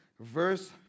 verse